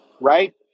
Right